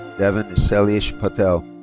daven shailesh patel.